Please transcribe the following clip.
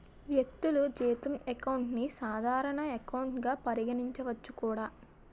వ్యక్తులు జీతం అకౌంట్ ని సాధారణ ఎకౌంట్ గా పరిగణించవచ్చు కూడా